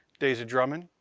deja drummond,